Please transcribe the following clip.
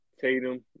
Tatum